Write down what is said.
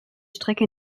strecke